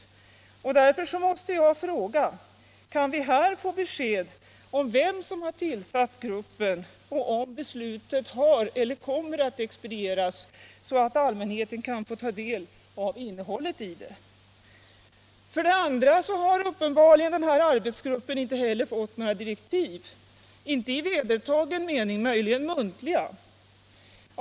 Därför måste jag fråga: Kan vi här få besked om vem som har tillsatt gruppen och om beslutet har expedierats eller kommer att expedieras så att allmänheten kan få ta del av innehållet i det? Vidare har arbetsgruppen inte fått några direktiv i vedertagen mening, möjligen muntliga.